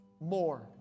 More